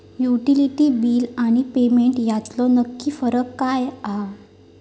Utility बिला आणि payment यातलो नक्की फरक काय हा?